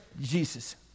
Jesus